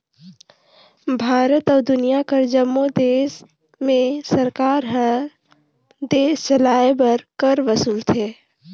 भारत अउ दुनियां कर जम्मो देस में सरकार हर देस चलाए बर कर वसूलथे